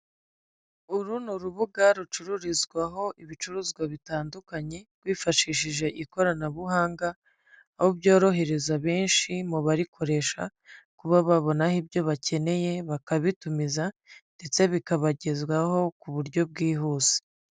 Uru ni urubuga rucururizwaho ibicuruzwa bitandukanye bifashishije ikoranabuhanga, aho byorohereza benshi mu barikoresha kuba babonaho ibyo bakeneye, bakabitumiza ndetse bikabagezwaho ku buryo bwihuse.